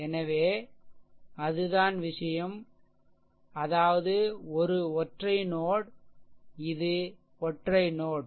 எனவே அதுதான் விஷயம்அதாவது ஒரு ஒற்றை நோட் இது ஒற்றை நோட்